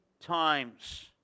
times